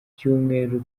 cyumweru